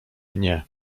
nie